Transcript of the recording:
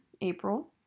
April